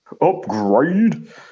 Upgrade